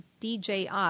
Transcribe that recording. DJI